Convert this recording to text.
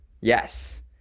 Yes